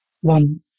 one